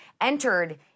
entered